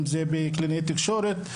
אם אלו קלינאי תקשורת.